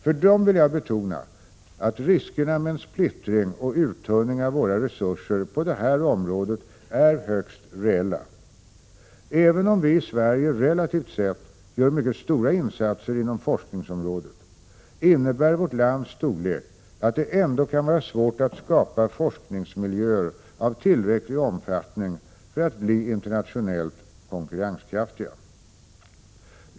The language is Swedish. För dem vill jag betona att riskerna med en splittring och uttunning av våra resurser på det här området är högst reella. Även om vi i Sverige relativt sett gör mycket stora insatser inom forskningsområdet innebär vårt lands storlek att det ändå kan vara svårt att skapa forskningsmiljöer som har tillräcklig omfattning för att bli internationellt konkurrenskraftiga.